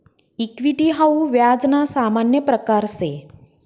equity हाऊ व्याज ना सामान्य प्रकारसे